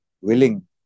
willing